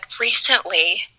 recently